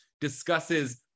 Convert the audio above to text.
discusses